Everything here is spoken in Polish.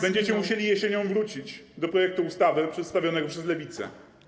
będziecie musieli jesienią wrócić do projektu ustawy przedstawionego przez Lewicę.